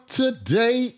today